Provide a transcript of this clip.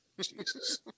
Jesus